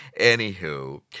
Anywho